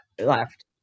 left